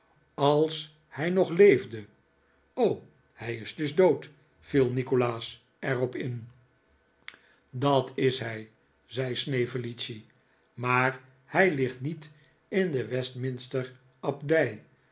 als hij nog leefde hij is dus dood viel nikolaas er op in dat is hij zei snevellicci maar hij ligt niet in de westminster abdij